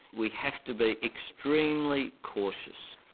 we have to be extremely cautious.